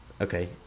Okay